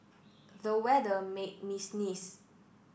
the weather made me sneeze